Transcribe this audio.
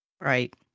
Right